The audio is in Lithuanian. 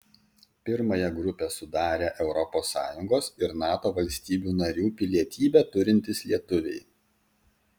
pirmąją grupę sudarę europos sąjungos ir nato valstybių narių pilietybę turintys lietuviai